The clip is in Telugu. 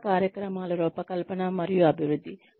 శిక్షణా కార్యక్రమాల రూపకల్పన మరియు అభివృద్ధి